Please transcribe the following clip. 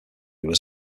was